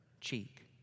cheek